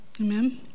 amen